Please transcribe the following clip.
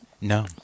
No